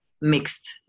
mixed